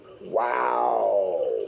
Wow